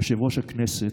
יושב-ראש הכנסת,